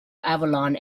avalon